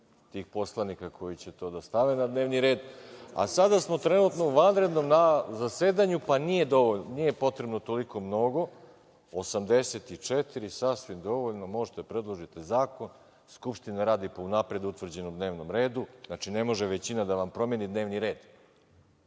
tih poslanika koji će to da stave na dnevni red, a sada smo trenutno u vanrednom zasedanju pa nije potrebno toliko mnogo, 84, sasvim dovoljno da možete da predložite zakon. Skupština radi po unapred utvrđenom dnevnom redu. Znači, ne može većina da vam promeni dnevni red.